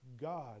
God